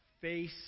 face